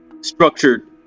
structured